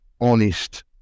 honest